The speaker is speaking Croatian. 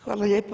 Hvala lijepa.